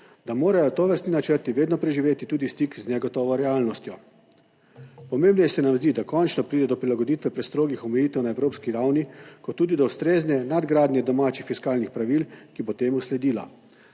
da morajo tovrstni načrti vedno preživeti tudi stik z negotovo realnostjo. Pomembneje se nam zdi, da končno pride do prilagoditve prestrogih omejitev na evropski ravni kot tudi do ustrezne nadgradnje domačih fiskalnih pravil, ki bo temu sledila,